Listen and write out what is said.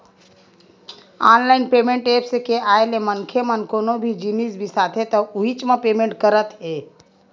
online payment apps के आए ले मनखे मन कोनो भी जिनिस बिसाथे त उहींच म पेमेंट करत हे